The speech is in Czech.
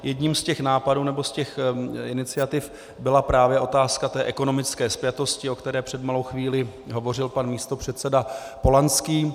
Jedním z těch nápadů nebo z těch iniciativ byla právě otázka ekonomické spjatosti, o které před malou chvílí hovořil pan místopředseda Polanský.